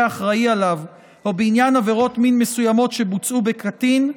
אחראי לו או בעניין עבירות מין מסוימות שבוצעו בקטין,